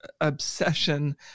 obsession